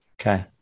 Okay